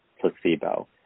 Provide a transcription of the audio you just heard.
placebo